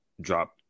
drop